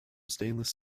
stainless